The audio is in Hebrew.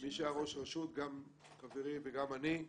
גם חברי וגם אני.